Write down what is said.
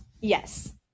yes